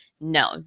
No